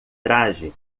traje